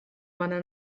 bona